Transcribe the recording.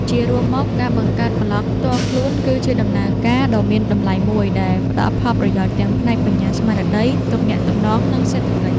ជារួមមក ការបង្កើតប្លក់ផ្ទាល់ខ្លួនគឺជាដំណើរការដ៏មានតម្លៃមួយ ដែលផ្ដល់ផលប្រយោជន៍ទាំងផ្នែក បញ្ញាស្មារតី ទំនាក់ទំនង និងសេដ្ឋកិច្ច។